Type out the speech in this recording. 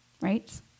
Right